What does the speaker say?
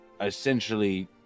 essentially